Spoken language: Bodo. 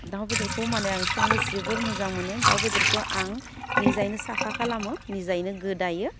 दाउ बेदरखौ माने आं संनो जोबोर मोजां मोनो दाउ बेदरखौ आं निजायैनो साफा खालामो निजायैनो गोदायो